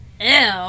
Ew